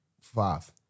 five